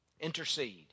Intercede